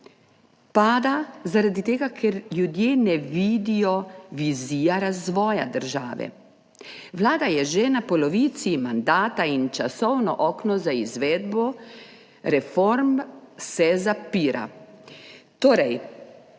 pada zaradi tega, ker ljudje ne vidijo vizije razvoja države. Vlada je že na polovici mandata in časovno okno za izvedbo reform se zapira. Torej,